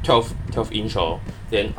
twelve twelve inch lor then